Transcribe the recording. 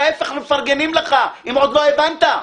להיפך, אנחנו מפרגנים לך, אם עוד לא הבנת.